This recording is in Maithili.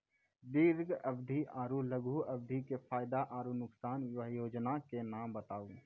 दीर्घ अवधि आर लघु अवधि के फायदा आर नुकसान? वयोजना के नाम बताऊ?